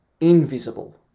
invisible